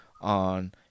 on